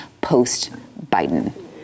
post-Biden